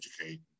educate